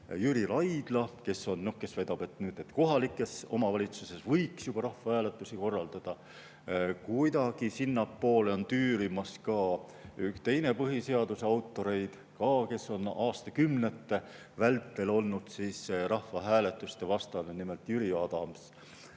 Jüri Raidla, kes väidab, et kohalikes omavalitsustes võiks rahvahääletusi korraldada. Kuidagi sinnapoole on tüürimas ka üks teine põhiseaduse autoreid, kes on aastakümnete vältel olnud rahvahääletuste vastu, nimelt Jüri Adams.